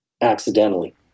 accidentally